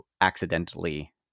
accidentally